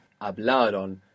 Hablaron